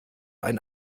ein